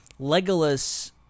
Legolas